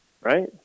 right